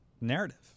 narrative